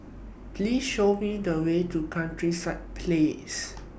Please Show Me The Way to Countryside Place